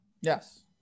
Yes